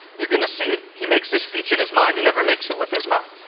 you're going to see it. he makes this speech in his mind he never makes it with his mouth.